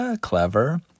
Clever